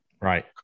right